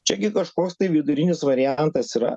čiagi kažkoks tai vidurinis variantas yra